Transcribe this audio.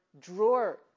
drawer